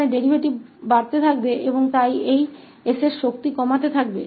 यहां डेरीवेटिव बढ़ता रहेगा और इस की शक्ति घटती जाएगी